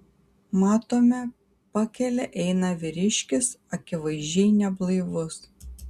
matome pakele eina vyriškis akivaizdžiai neblaivus